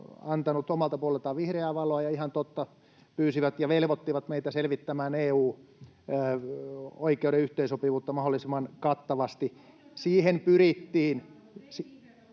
antanut omalta puoleltaan vihreää valoa, ja he, ihan totta, pyysivät ja velvoittivat meitä selvittämään EU-oikeuden kanssa yhteensopivuutta mahdollisimman kattavasti. Siihen pyrittiin...